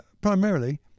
primarily